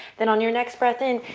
then on your next breath in,